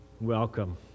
Welcome